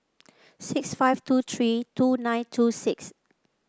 six five two three two nine two six